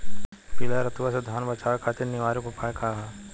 पीला रतुआ से धान बचावे खातिर निवारक उपाय का ह?